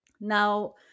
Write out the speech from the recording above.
Now